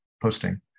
posting